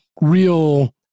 real